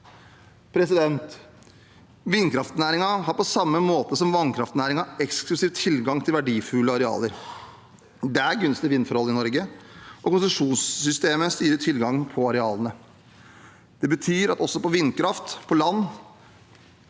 Vindkraftnæringen har, på samme måte som vannkraftnæringen, eksklusiv tilgang til verdifulle arealer. Det er gunstige vindforhold i Norge, og konsesjonssys temet styrer tilgangen på arealene. Det betyr at også for vindkraft på land